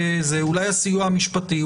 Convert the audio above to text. אולי הסיוע המשפטי,